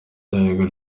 cyayo